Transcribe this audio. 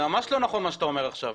זה ממש לא נכון מה שאתה אומר עכשיו.